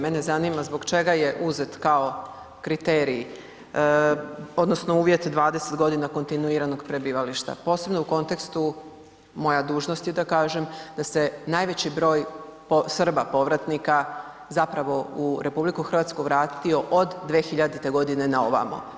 Mene zanima zbog čega je uzet kao kriterij odnosno uvjet 20 godina kontinuiranog prebivališta, posebno u kontekstu, moja dužnost je da kažem, da se najveći broj Srba povratnika zapravo u RH vratio od 2000.godine na ovamo.